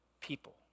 people